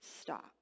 stop